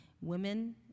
women